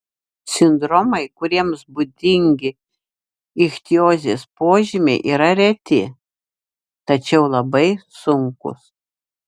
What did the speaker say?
sindromai kuriems būdingi ichtiozės požymiai yra reti tačiau labai sunkūs